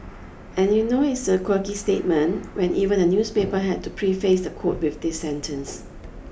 and you know it's a quirky statement when even the newspaper had to preface the quote with this sentence